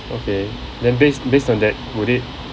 okay then based based on that would it